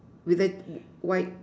with a white